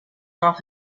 off